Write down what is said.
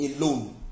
alone